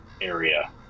area